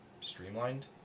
streamlined